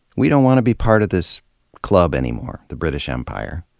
we don't want to be part of this club anymore, the british empire.